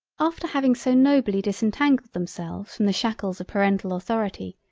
after having so nobly disentangled themselves from the shackles of parental authority,